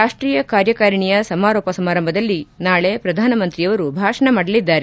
ರಾಷ್ಸೀಯ ಕಾರ್ಯಕಾರಿಣಿಯ ಸಮಾರೋಪ ಸಮಾರಂಭದಲ್ಲಿ ನಾಳೆ ಪ್ರಧಾನಮಂತ್ರಿಯವರು ಭಾಷಣ ಮಾಡಲಿದ್ದಾರೆ